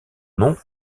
nom